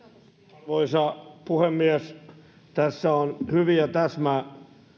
arvoisa puhemies tässä on hyviä